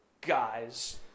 guys